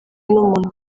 n’umuntu